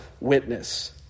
witness